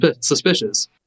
suspicious